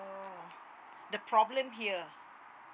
the problem here